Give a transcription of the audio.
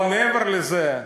אבל מעבר לזה,